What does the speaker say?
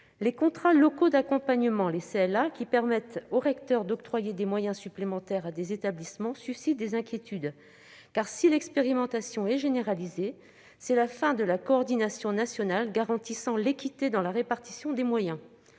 Les contrats locaux d'accompagnement, qui permettent aux recteurs d'octroyer des moyens supplémentaires à certains établissements, suscitent eux aussi des inquiétudes : si l'expérimentation est généralisée, elle signera la fin de la coordination nationale garantissant l'équité dans la répartition des moyens.